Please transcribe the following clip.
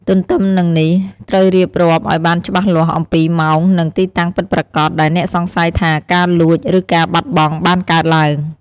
ទទ្ទឹមនឹងនេះ ត្រូវរៀបរាប់ឲ្យបានច្បាស់លាស់អំពី ម៉ោង និងទីតាំងពិតប្រាកដ ដែលអ្នកសង្ស័យថាការលួច ឬការបាត់បង់បានកើតឡើង។